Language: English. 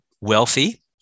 wealthy